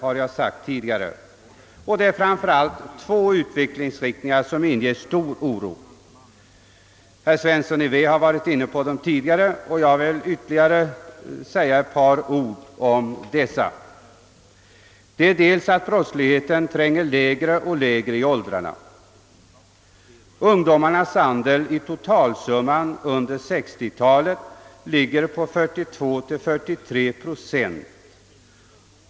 Framför allt är det två tendenser som inger stor oro. Herr Svensson i Vä har nämnt om dem tidi gare, och jag vill här med några ord vtterligare beröra dem. Den ena är att brottsligheten tränger längre och längre ned i åldrarna. Ungdomarnas andel av totalsumman brott under 1960-talet ligger på 42 å 43 procent.